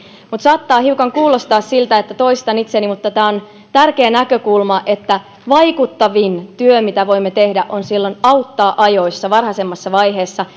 saattaa kuulostaa hiukan siltä että toistan itseäni mutta tämä on tärkeä näkökulma että vaikuttavin työ mitä voimme tehdä on auttaa ajoissa varhaisemmassa vaiheessa